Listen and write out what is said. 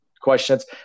questions